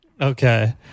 Okay